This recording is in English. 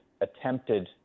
attempted